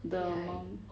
the mount